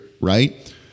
right